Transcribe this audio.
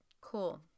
cool